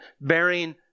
bearing